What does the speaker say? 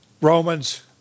Romans